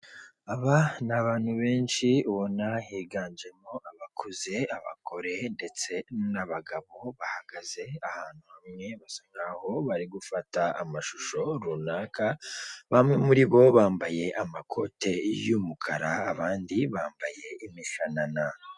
Aba ni abantu benshi ubona higanjemo abakozi, abagore, ndetse n'abagabo bahagaze ahantu hamwe bisa nk'aho bari gufata amashusho runaka, bamwe muri bo bambaye amakoti y'umukara, abandi bambaye imishanana.